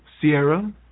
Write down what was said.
Sierra